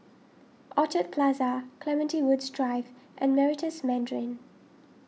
Orchard Plaza Clementi Woods Drive and Meritus Mandarin